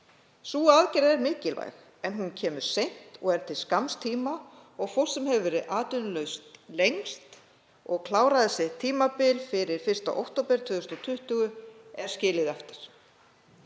Sú aðgerð er mikilvæg en hún kemur seint og er til skamms tíma. Fólk sem hefur verið atvinnulaust lengst og klárað þessi tímabil fyrir 1. október 2020 er skilið eftir.